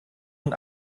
nun